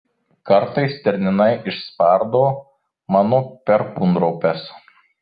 kartais stirninai išspardo mano perkūnropes